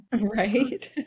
right